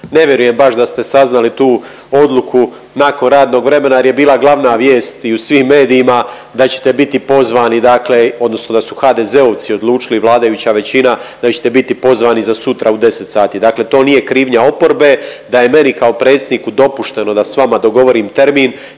Ne vjerujem baš da ste saznali tu odluku nakon radnog vremena, jer je bila glavna vijest i u svim medijima da ćete biti pozvani, dakle odnosno da su HDZ-ovci odlučili, vladajuća većina da ćete biti za sutra u 10 sati. Dakle, to nije krivnja oporbe da je meni kao predsjedniku dopušteno da sa vama dogovorim termin